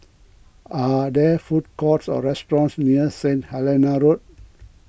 are there food courts or restaurants near Stain Helena Road